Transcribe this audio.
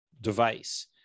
device